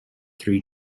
three